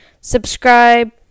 subscribe